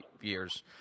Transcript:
years